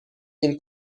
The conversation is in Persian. این